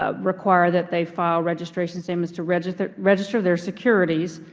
ah require that they file registration, same as to register register their securities